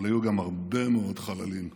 אבל היו גם הרבה מאוד חללים לנו.